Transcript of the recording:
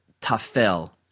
Tafel